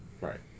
right